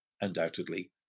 undoubtedly